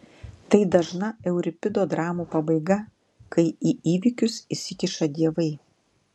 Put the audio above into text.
tai dažna euripido dramų pabaiga kai į įvykius įsikiša dievai